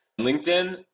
LinkedIn